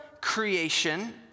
creation